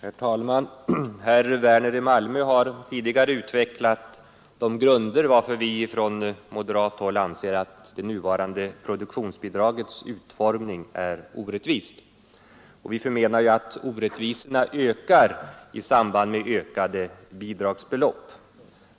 Herr talman! Herr Werner i Malmö har tidigare utvecklat de grunder varpå vi från moderat håll bygger vår uppfattning att det nuvarande produktionsbidragets utformning är orättvist. Vi förmenar att orättvisorna växer i samband med ökade bidragsbelopp.